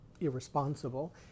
irresponsible